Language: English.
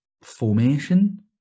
formation